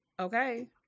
Okay